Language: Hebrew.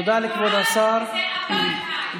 תודה לכבוד השר דוד אמסלם.